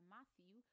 Matthew